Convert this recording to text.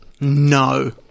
no